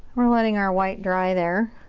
we're letting our white dry there